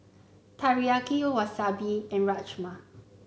Teriyaki Wasabi and Rajma